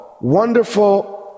Wonderful